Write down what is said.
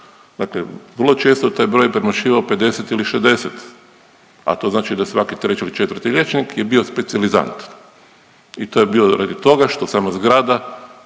Dakle vrlo često je taj broj premašivao 50 ili 60, a to znači da svaki treći ili četvrti liječnik je bio specijalizant i to je bio radi toga što sama zgrada